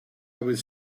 was